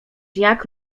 jak